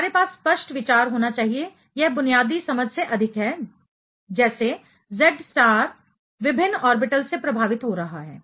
हमारे पास स्पष्ट विचार होना चाहिए यह बुनियादी समझ से अधिक है कैसे Z स्टार विभिन्न ऑर्बिटल से प्रभावित हो रहा है